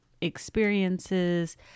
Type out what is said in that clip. Experiences